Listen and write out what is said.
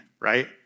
right